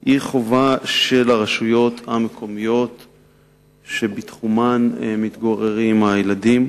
הם החובה של הרשויות המקומיות שבתחומן מתגוררים הילדים,